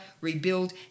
rebuild